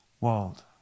world